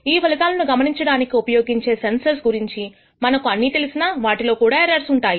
ఈ ఫలితాలను గమనించడానికి ఉపయోగించే సెన్సర్ గురించి మనకు అన్నీ తెలిసినా వాటిలో కూడా ఎర్రర్స్ ఉంటాయి